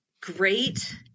great